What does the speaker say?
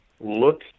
look